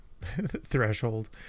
threshold